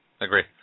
agree